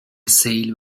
سیل